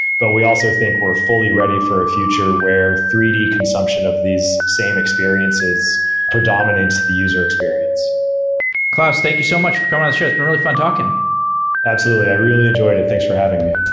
but we also think we're fully ready for a future where three d consumption of these same experiences predominates the user experience claus, thank you so much for coming on the show. it's been really fun talking absolutely i really enjoyed it. thanks for having me